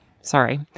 sorry